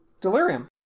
Delirium